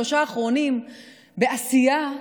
שלושה האחרונים היה פרומיל של עשייה,